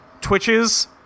twitches